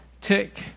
tick